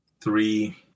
three